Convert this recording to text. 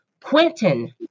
Quentin